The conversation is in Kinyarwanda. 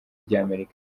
ry’amerika